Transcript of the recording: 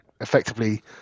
effectively